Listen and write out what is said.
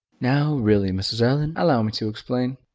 now really, mrs. erlynne, allow me to explain.